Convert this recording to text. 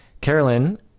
Carolyn